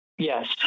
Yes